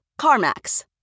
CarMax